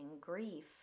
grief